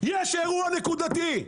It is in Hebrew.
יש אירוע נקודתי,